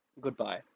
Goodbye